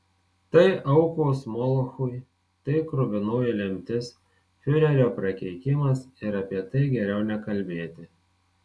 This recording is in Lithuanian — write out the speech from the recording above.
tai aukos molochui tai kruvinoji lemtis fiurerio prakeikimas ir apie tai geriau nekalbėti